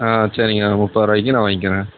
ஆ சரிங்க நான் முப்பது ரூபாய்க்கு நான் வாங்கிக்கிறேன்